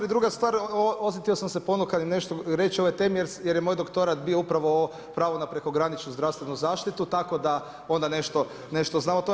I druga stvar, osjetio sam se ponukan nešto reći o ovoj temi jer je moj doktorat bio upravo pravo na prekograničnu zdravstvenu zaštitu tako da onda nešto znam o tome.